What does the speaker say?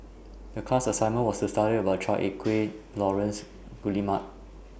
The class assignment was to study about Chua Ek Kay Laurence Guillemard